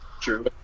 True